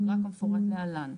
אגרה כמפורט להלן: